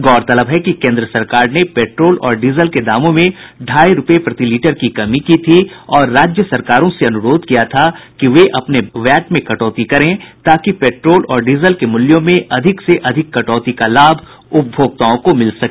गौरतलब है कि केन्द्र सरकार ने पेट्रोल और डीजल के दामों में ढाई रूपये प्रति लीटर की कमी की थी और राज्य सरकारों से अनुरोध किया था कि वे अपने वैट में कटौती करें ताकि पेट्रोल और डीजल के मूल्यों में अधिक से अधिक कटौती का लाभ उपभोक्ताओं को मिल सके